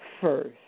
first